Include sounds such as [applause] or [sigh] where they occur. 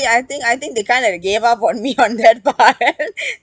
I think I think they kind of gave up on me on that part [laughs]